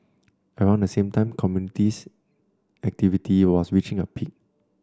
around the same time communist activity was reaching a peak